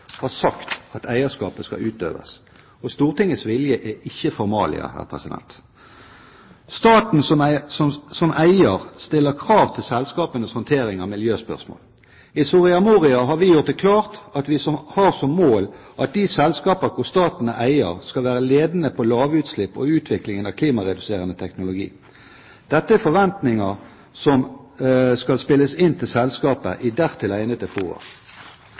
har sagt at eierskapet skal utøves. Stortingets vilje er ikke formalia. Staten som eier stiller krav til selskapenes håndtering av miljøspørsmål. I Soria Moria har vi gjort det klart at vi har som mål at de selskapene som staten er eier i, skal være ledende på lavutslipp og utvikling av klimareduserende teknologi. Dette er forventninger som skal spilles inn til selskapet i